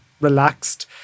relaxed